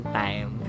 time